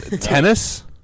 Tennis